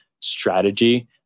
strategy